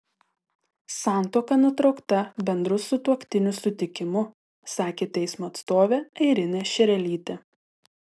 santuoka nutraukta bendru sutuoktinių sutikimu sakė teismo atstovė airinė šerelytė